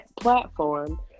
platform